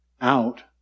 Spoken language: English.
out